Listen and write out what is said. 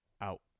out